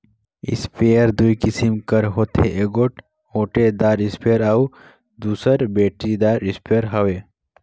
sprayer दूई किसिम कर होथे एगोट ओटेदार इस्परे अउ दूसर बेटरीदार इस्परे हवे